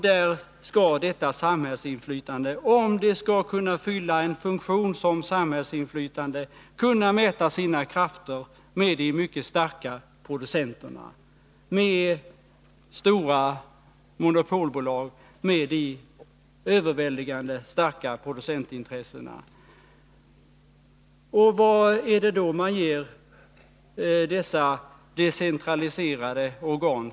Där skall detta samhällsinflytande, om det skall kunna fylla en funktion, kunna mäta sina krafter med de mycket starka producenterna, med stora monopolbolag, med de överväldigande starka producentintressena. Vilket spelrum ger man då dessa decentraliserade organ?